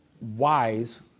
wise